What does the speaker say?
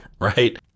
right